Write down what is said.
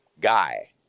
guy